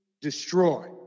destroy